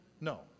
no